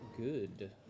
good